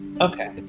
okay